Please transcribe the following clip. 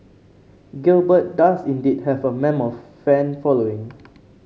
Gilbert does indeed have a mammoth fan following